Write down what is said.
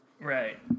right